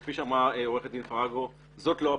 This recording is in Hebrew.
וכפי שאמרה עורכת דין פרגו, זאת לא הפסיקה.